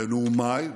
בנאומיי,